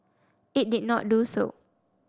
it did not do so